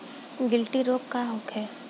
गिलटी रोग का होखे?